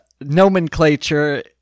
nomenclature